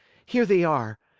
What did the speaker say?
here they are.